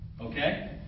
Okay